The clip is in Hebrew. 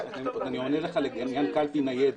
אני עונה לך לגבי קלפי ניידת.